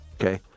Okay